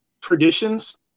traditions